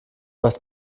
hast